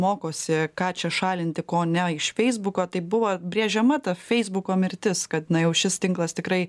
mokosi ką čia šalinti ko ne iš feisbuko tai buvo brėžiama ta feisbuko mirtis kad jinai jau šis tinklas tikrai